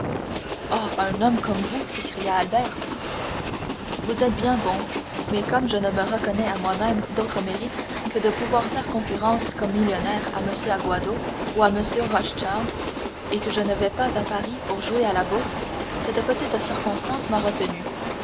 un homme comme vous s'écria albert vous êtes bien bon mais comme je ne me reconnais à moi-même d'autre mérite que de pouvoir faire concurrence comme millionnaire à m aguado ou à m rothschild et que je ne vais pas à paris pour jouer à la bourse cette petite circonstance m'a retenu